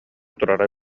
турара